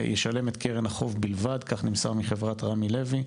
ישלם את קרן החוב בלבד, כך נמסר מחברת רמי לוי.